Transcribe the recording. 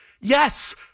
yes